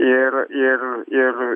ir ir ir